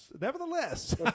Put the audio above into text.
nevertheless